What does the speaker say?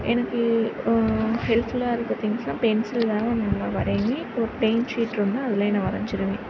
எனக்கு ஹெல்ப்ஃபுல்லாக இருக்கிற திங்ஸ்லான் பென்சில் தான் நான் நல்லா வரைவேன் ஒரு பெயிண்ட் ஒன்று அதில் நான் வரைஞ்சிருவேன்